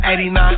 89